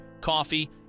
coffee